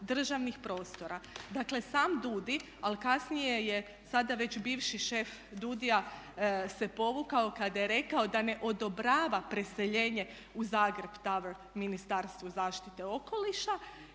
državnih prostora, dakle sam DUDI ali kasnije je sada već bivši šef DUDI-ja se povukao kada je rekao da ne odobrava preseljenje u Zagreb Tower Ministarstvu zaštite okoliša